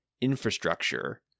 infrastructure